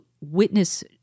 witness